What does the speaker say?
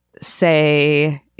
say